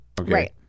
Right